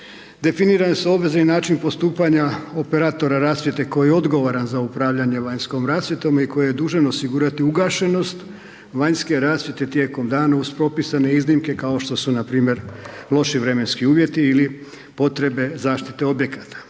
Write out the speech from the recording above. Definirane su obveze i način postupanja operatora rasvjete koji je odgovoran za upravljanje vanjskom rasvjetom i koji je dužan osigurati ugašenost vanjske rasvjete tijekom dane uz propisane iznimke kao što su npr. loši vremenski uvjeti ili potrebe zaštite objekata.